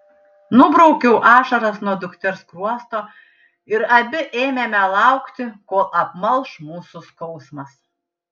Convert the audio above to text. nubraukiau ašaras nuo dukters skruosto ir abi ėmėme laukti kol apmalš mūsų skausmas